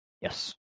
Yes